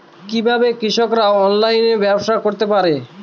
কিভাবে কৃষকরা অনলাইনে ব্যবসা করতে পারে?